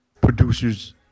producers